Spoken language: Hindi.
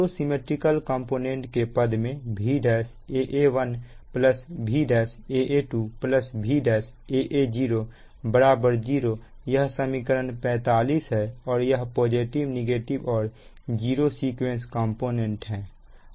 तो सिमिट्रिकल कंपोनेंट के पद में Vaa11 Vaa12 Vaa10 0 यह समीकरण 45 है और यह पॉजिटिव नेगेटिव और जीरो सीक्वेंस कंपोनेंट है